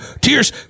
Tears